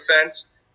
fence